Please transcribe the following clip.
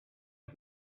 and